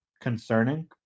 concerning